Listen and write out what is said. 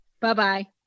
Bye-bye